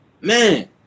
Man